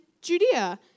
Judea